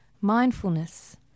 Mindfulness